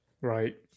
right